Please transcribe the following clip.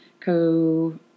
co